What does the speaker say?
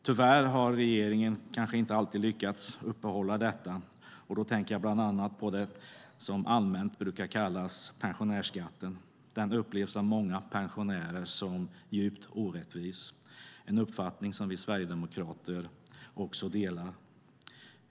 Tyvärr har regeringen inte alltid lyckats upprätthålla detta, och då tänker jag bland annat på det som allmänt brukar kallas pensionärsskatten. Den upplevs av många pensionärer som djupt orättvis, en uppfattning som vi sverigedemokrater också delar.